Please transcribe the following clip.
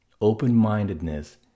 open-mindedness